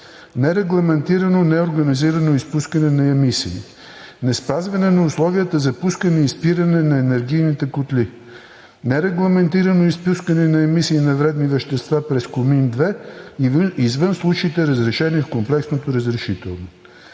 нерегламентирано, неорганизирано изпускане на емисии; неспазване на условията за пускане и спиране на енергийните котли; нерегламентирано изпускане на емисии на вредни вещества през комин 2, извън случаите, разрешени в комплексното разрешително.